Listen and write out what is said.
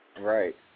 Right